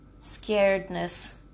scaredness